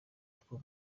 two